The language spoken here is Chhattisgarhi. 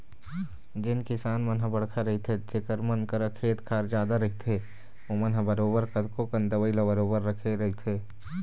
जेन किसान मन ह बड़का रहिथे जेखर मन करा खेत खार जादा रहिथे ओमन ह बरोबर कतको कन दवई ल बरोबर रखे रहिथे